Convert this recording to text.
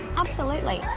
absolutely.